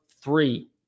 three